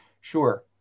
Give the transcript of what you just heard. Sure